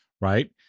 right